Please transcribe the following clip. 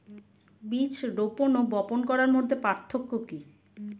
বীজ রোপন ও বপন করার মধ্যে পার্থক্য কি?